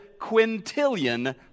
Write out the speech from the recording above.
quintillion